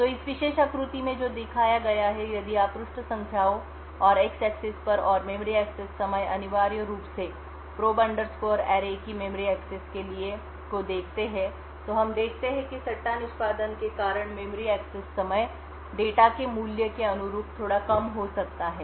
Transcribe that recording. तो इस विशेष आकृति में जो दिखाया गया है यदि आप पृष्ठ संख्याओं और एक्स एक्सिस पर और मेमोरी एक्सेस समय अनिवार्य रूप से प्रोब अंडरस्कोर एरे की मेमोरी एक्सेस के लिए को देखते हैं तो हम देखते हैं कि सट्टा निष्पादन के कारण मेमोरी एक्सेस समय डेटा के मूल्य के अनुरूप थोड़ा कम हो सकता है